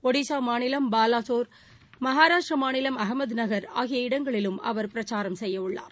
ஒடிஸாமாநிலம் பலாசோர் மகாராஷ்டிராமாநிலம் அகமதுநகள் ஆகிய இடங்களிலும் அவர் பிரச்சாரம் செய்யவுள்ளார்